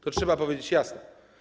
To trzeba powiedzieć jasno.